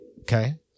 Okay